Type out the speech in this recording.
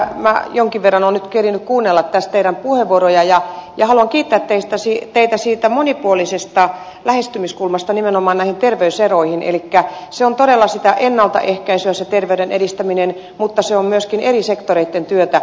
minä jonkin verran olen nyt kerinnyt kuunnella tässä teidän puheenvuorojanne ja haluan kiittää teitä siitä monipuolisesta lähestymiskulmasta nimenomaan näihin terveyseroihin elikkä se on todella sitä ennaltaehkäisyä se terveyden edistäminen mutta se on myöskin eri sektoreitten työtä